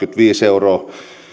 euroa